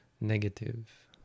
negative